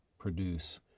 Produce